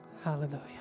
Hallelujah